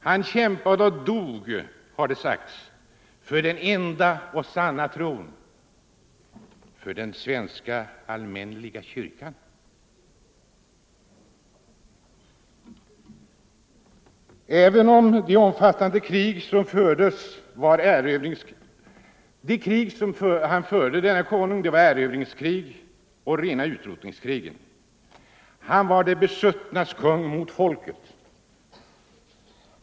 Han kämpade och dog, har det sagts, för den enda och sanna tron — för den svenska allmänneliga kyrkan — även om de omfattande krig han förde var erövringsoch rena utrotningskrig. Han var de besuttnas kung mot folket.